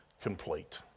complete